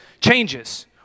changes